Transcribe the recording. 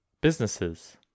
businesses